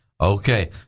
okay